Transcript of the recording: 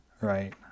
Right